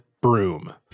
broom